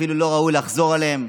אפילו לא ראוי לחזור עליהם,